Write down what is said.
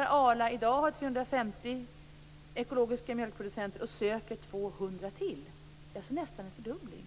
Arla har i dag 350 ekologiska mjölkproducenter och söker 200 till - alltså nästan en fördubbling.